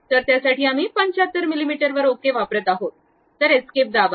तर त्यासाठी आम्ही 75 मिलिमीटर ओके वापरत आहोत तर एस्केप दाबा